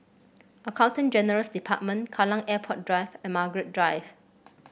Accountant General's Department Kallang Airport Drive and Margaret Drive